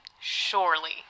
Surely